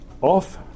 off